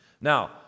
Now